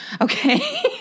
Okay